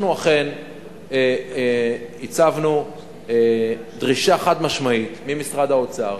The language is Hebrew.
אנחנו אכן הצבנו דרישה חד-משמעית למשרד האוצר